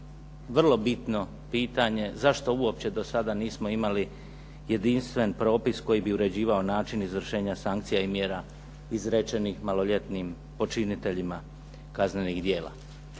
vrlo bitno pitanje, zašto uopće do sada nismo imali jedinstven propis koji bi uređivao način izvršenja sankcija i mjera izrečenih maloljetnim počiniteljima kaznenih djela.